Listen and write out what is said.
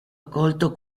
accolto